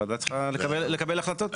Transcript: והוועדה צריכה לקבל החלטות.